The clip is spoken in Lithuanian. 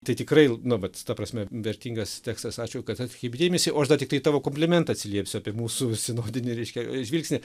tai tikrai na vat ta prasme vertingas tekstas ačiū kad atkreipei dėmesį o aš dar tiktai į tavo komplimentą atsiliepsiu apie mūsų sinodinį reiškia žvilgsnį